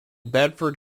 bedford